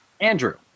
Andrew